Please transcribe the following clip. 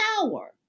power